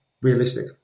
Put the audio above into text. realistic